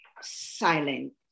silent